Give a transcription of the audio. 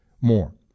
more